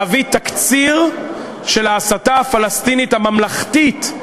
להביא תקציר של ההסתה הפלסטינית הממלכתית,